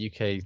UK